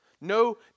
No